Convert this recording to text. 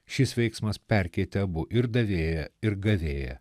šis veiksmas perkeitė abu ir davėją ir gavėją